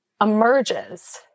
emerges